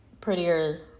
prettier